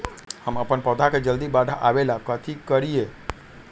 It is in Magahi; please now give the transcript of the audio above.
हम अपन पौधा के जल्दी बाढ़आवेला कथि करिए?